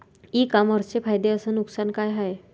इ कामर्सचे फायदे अस नुकसान का हाये